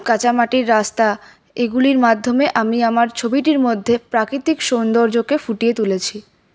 কাঁচামাটির রাস্তা এগুলির মাধ্যমে আমি আমার ছবিটির মধ্যে প্রাকৃতিক সৌন্দর্যকে ফুটিয়ে তুলেছি